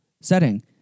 setting